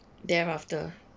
thereafter